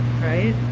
right